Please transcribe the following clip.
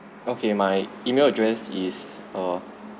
okay my email address is err